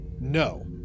No